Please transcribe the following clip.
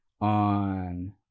on